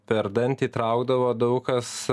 per dantį traukdavo daug kas